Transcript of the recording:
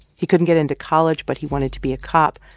he couldn't get into college. but he wanted to be a cop.